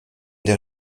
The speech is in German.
der